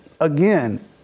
again